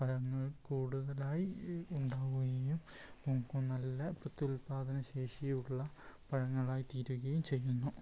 പഴങ്ങൾ കൂടുതലായി ഉണ്ടാവുകയും നമുക്ക് നല്ല പ്രത്യുൽപാദനശേഷിയുള്ള പഴങ്ങളായിത്തീരുകയും ചെയ്യുന്നു